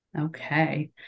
Okay